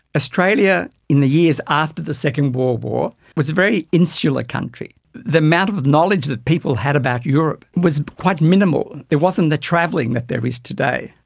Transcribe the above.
australia in the years after the second world war was a very insular country. the amount of knowledge that people had about europe was quite minimal. there wasn't the travelling that there is today,